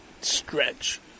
stretch